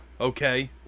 Okay